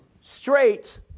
Straight